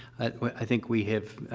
i think we have, ah,